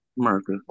America